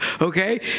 okay